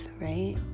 right